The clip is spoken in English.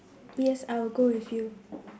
yes I will go with you